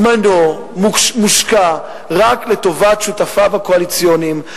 זמנו מושקע רק לטובת שותפיו הקואליציוניים,